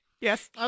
Yes